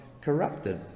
corrupted